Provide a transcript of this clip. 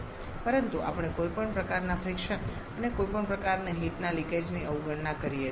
પરંતુ આપણે કોઈપણ પ્રકારના ફ્રીક્શન અને કોઈપણ પ્રકારની હીટના લિકેજની અવગણના કરીએ છીએ